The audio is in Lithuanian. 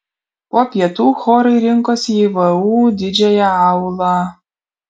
po pietų chorai rinkosi į vu didžiąją aulą